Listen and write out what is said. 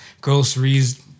groceries